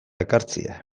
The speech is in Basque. ekartzea